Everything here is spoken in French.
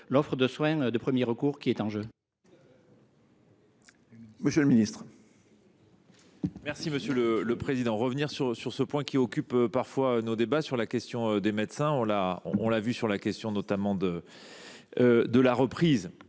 l’offre de soins de premier recours qui est en jeu.